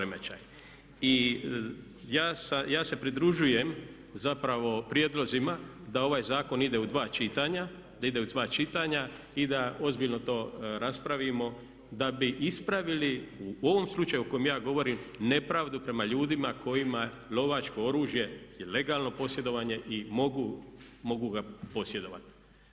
I ja se pridružujem zapravo prijedlozima da ovaj zakon ide u dva čitanja, da ide u dva čitanja i da ozbiljno to raspravimo da bi ispravili u ovom slučaju o kojem ja govorim nepravdu prema ljudima kojima lovačko oružje je legalno posjedovanje i mogu ga posjedovati.